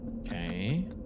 Okay